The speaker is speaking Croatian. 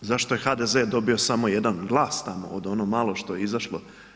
Zašto je HDZ dobio samo jedan glas tamo od ono malo što je izašlo?